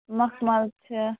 مخمَل چھِ